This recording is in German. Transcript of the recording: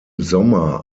sommer